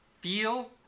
feel